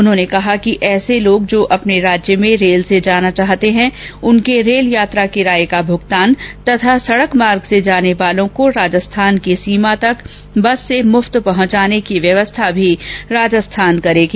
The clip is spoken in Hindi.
उन्होंने कहा कि ऐसे लोग जो अपने राज्य में रेल जाना चाहते है उनके रेल यात्रा किराये का भुगतान तथा सड़क मार्ग से जाने वालों को राजस्थान की सीमा तक बस से मुफ्त पहुंचाने की व्यवस्था भी राजस्थान सरकार करेगी